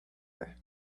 her